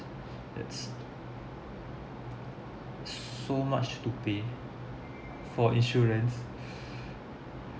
that's so much to pay for insurance